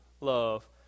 love